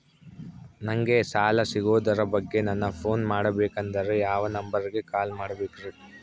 ನಂಗೆ ಸಾಲ ಸಿಗೋದರ ಬಗ್ಗೆ ನನ್ನ ಪೋನ್ ಮಾಡಬೇಕಂದರೆ ಯಾವ ನಂಬರಿಗೆ ಕಾಲ್ ಮಾಡಬೇಕ್ರಿ?